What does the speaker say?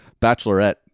Bachelorette